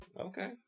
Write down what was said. Okay